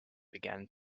began